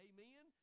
Amen